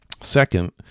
Second